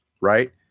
right